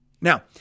Now